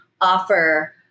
offer